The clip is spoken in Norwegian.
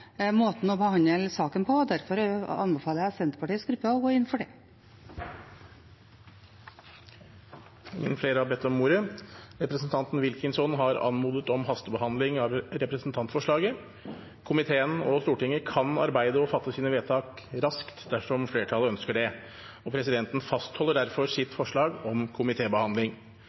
måten å behandle saken på. Derfor anbefaler jeg Senterpartiets gruppe å gå inn for det. Flere har ikke bedt om ordet. Representanten Nicholas Wilkinson har anmodet om hastebehandling av representantforslaget. Komiteen og Stortinget kan arbeide og fatte sine vedtak raskt dersom flertallet ønsker det. Presidenten fastholder derfor sitt forslag om